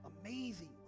amazing